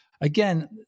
Again